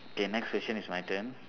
K next question is my turn